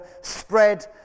spread